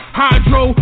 hydro